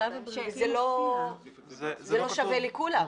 זה לא נמצא אצל כולם, זה לא שווה לכולם.